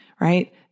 right